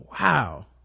Wow